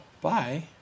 Bye